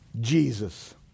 Jesus